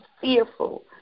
fearful